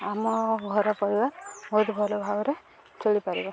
ଆମ ଘର ପରିବାର ବହୁତ ଭଲ ଭାବରେ ଚଳିପାରିବ